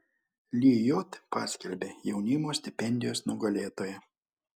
lijot paskelbė jaunimo stipendijos nugalėtoją